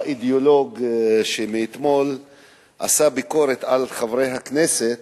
האידיאולוג מאתמול עשה ביקורת לחברי הכנסת